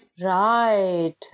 Right